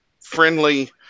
friendly